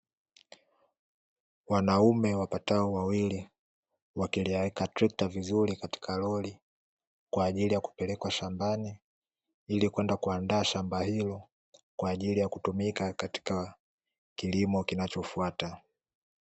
Wanaume wapatao wawili wakiliweka trekta vizuri katika lori, kwa ajili ya kupeleka shambani ili kwenda kuandaa shamba hilo kwa ajili ya kutumika katika kilimo kinachofuata.